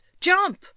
Jump